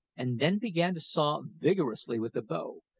and then began to saw vigorously with the bow,